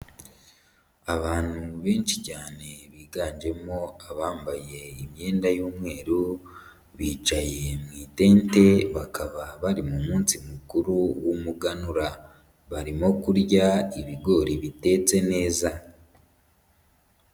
Abantu benshi cyane biganjemo abambaye imyenda y'umweru, bicaye mu itente bakaba bari mu munsi mukuru w'umuganura, barimo kurya ibigori bitetse neza.